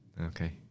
Okay